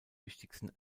wichtigsten